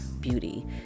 beauty